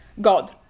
God